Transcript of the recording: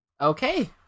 Okay